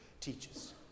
teaches